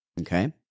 okay